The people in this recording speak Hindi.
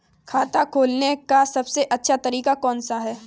खाता खोलने का सबसे अच्छा तरीका कौन सा है?